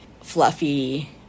fluffy